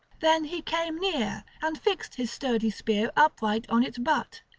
then he came near, and fixed his sturdy spear upright on its butt,